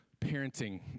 Parenting